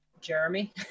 Jeremy